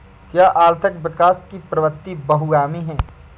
क्या आर्थिक विकास की प्रवृति बहुआयामी है?